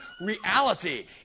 Reality